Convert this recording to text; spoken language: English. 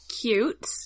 cute